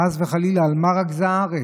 חס וחלילה, על מה רגזה הארץ?